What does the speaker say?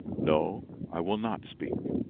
no, i will not speak.